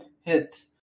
hit